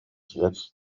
jetzt